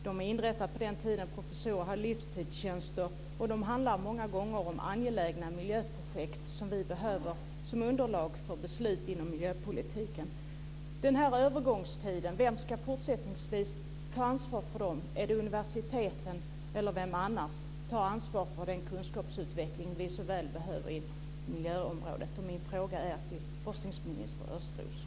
De är inrättade på den tiden professorer hade livstidstjänster, och det handlar många gånger om angelägna miljöprojekt som vi behöver som underlag för beslut inom miljöpolitiken. Vem ska ta ansvar för dem under övergångstiden? Är det universiteten? Vem tar annars ansvar för den kunskapsutveckling vi så väl behöver på miljöområdet? Min fråga går till forskningsminister Östros.